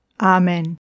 Amen